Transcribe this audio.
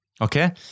Okay